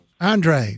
Andre